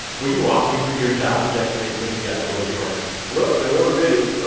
will you walk me through your job trajectory until you got to where you are now? well, there weren't many. ah